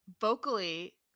vocally